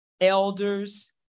elders